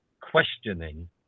questioning